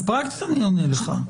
אז אני עונה לך פרקטית,